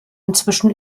inzwischen